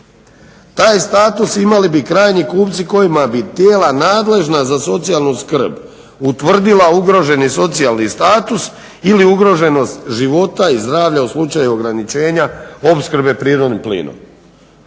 Taj status imali bi krajnji kupci kojima bi tijela nadležna za socijalnu skrb utvrdila ugroženi socijalni status ili ugroženost života i zdravlja u slučaju ograničenja opskrbe prirodnim plinom.